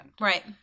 Right